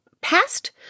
past